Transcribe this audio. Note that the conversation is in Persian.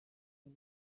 کنه